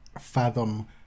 fathom